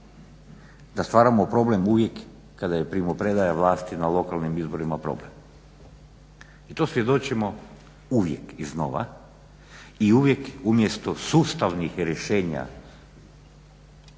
da stvaramo problem uvijek kada je primopredaja vlasti na lokalnim izborima problem. I to svjedočimo uvijek iznova i uvijek umjesto sustavnih rješenja